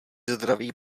zdraví